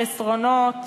חסרונות.